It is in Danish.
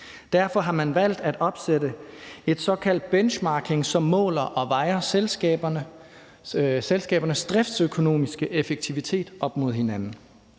Derfor har man valgt at opsætte et såkaldt benchmarking, som måler og vejer selskabernes driftsøkonomiske effektivitet op imod hinanden.